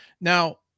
Now